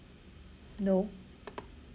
no